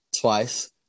twice